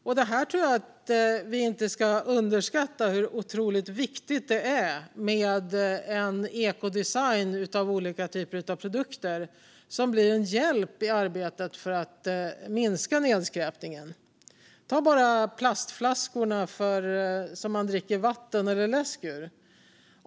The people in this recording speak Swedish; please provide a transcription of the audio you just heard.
Jag tror inte att vi ska underskatta hur otroligt viktigt det är med en ekodesign av olika typer av produkter. Det blir en hjälp i arbetet för att minska nedskräpningen. Ta bara de plastflaskor som man dricker vatten eller läsk ur!